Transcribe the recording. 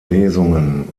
lesungen